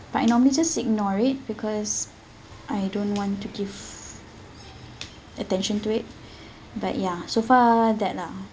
but I normally just ignore it because I don't want to give attention to it but ya so far that lah